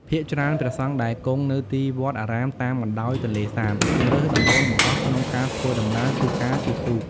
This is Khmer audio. ភាគច្រើនព្រះសង្ឃដែលគង់នៅទីវត្តអារាមតាមបណ្ដោយទន្លេសាប ជម្រើសដំបូងបង្អស់ក្នុងការធ្វើដំណើរគឺការជិះទូក។